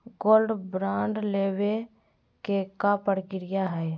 Gold bond लेवे के का प्रक्रिया हई?